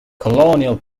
colonial